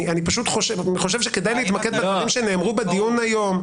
אני פשוט חושב שכדאי להתמקד בדברים שנאמרו בדיון היום,